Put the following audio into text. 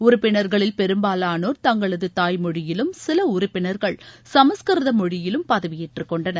உறுப்பினர்களில் பெரும்பாவானோர் தங்களது தாய் மொழியிலும் சில உறுப்பினர்கள் சமஸ்கிருத மொழியிலும் பதவியேற்றுக் கொண்டனர்